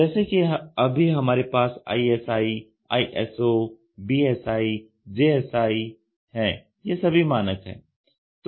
जैसे कि अभी हमारे पास ISI ISO BSI JSI है यह सभी मानक है